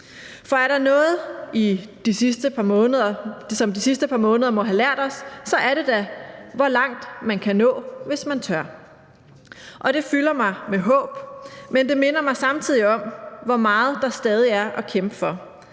For er der noget, som de sidste par måneder må have lært os, er det da, hvor langt man kan nå, hvis man tør. Og det fylder mig med håb, men det minder mig samtidig om, hvor meget der stadig er at kæmpe for.